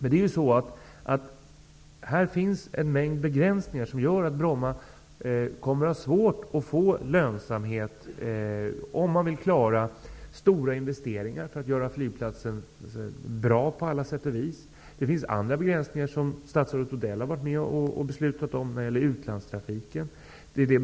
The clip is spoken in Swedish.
Det finns en mängd begränsningar som gör att Bromma kommer att ha svårt att få lönsamhet, om man vill klara stora investeringar för att göra flygplatsen bra. Statsrådet Odell har varit med och beslutat om begränsningar när det gäller utlandstrafiken.